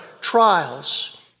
trials